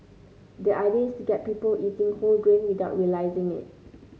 the idea is to get people eating whole grain without realising it